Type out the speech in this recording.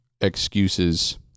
excuses